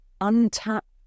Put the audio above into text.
untapped